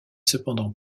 cependant